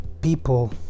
people